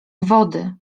wody